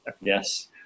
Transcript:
Yes